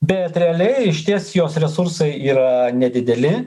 bet realiai išties jos resursai yra nedideli